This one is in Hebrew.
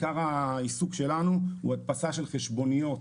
עיקר העיסוק שלנו הוא הדפסה של חשבוניות